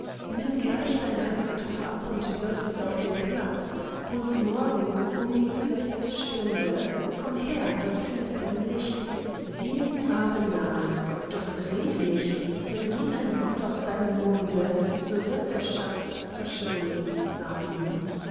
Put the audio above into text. nimm gleich dein halstuch ab und wirf es auf den platz und morgen um die zwölfte stunde komm her dann findest du ein licht dem grabe nach doch rede nicht denn geht ein wort aus deinem munde so wird der schatz verschwunden sein